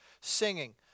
Singing